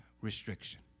restriction